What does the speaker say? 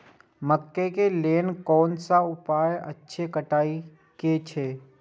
मकैय के लेल कोन अच्छा उपाय अछि कटाई के लेल?